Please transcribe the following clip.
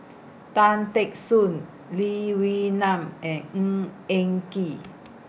Tan Teck Soon Lee Wee Nam and Ng Eng Kee